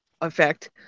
effect